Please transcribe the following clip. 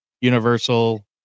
universal